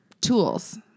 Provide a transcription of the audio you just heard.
tools